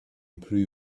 improve